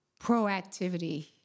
proactivity